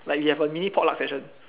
like we have a mini potluck session